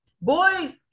boy